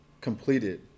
completed